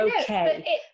okay